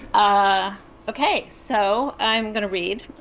ah okay. so i'm going to read